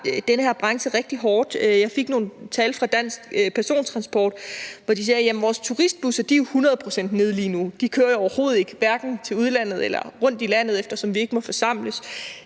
Jeg fik nogle tal fra Dansk Persontransport, hvortil de sagde: Jamen vores turistbusser er hundrede procent nede lige nu; de kører overhovedet ikke, hverken til udlandet eller rundt i landet, eftersom vi ikke må forsamles,